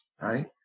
right